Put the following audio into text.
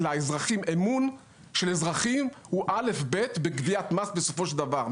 אמון של אזרחים הוא א'-ב' בגביית מס בסופו של דבר.